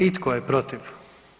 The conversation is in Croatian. I tko je protiv?